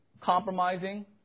Compromising